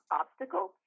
obstacle